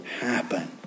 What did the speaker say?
happen